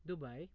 Dubai